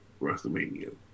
WrestleMania